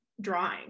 drawing